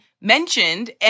mentioned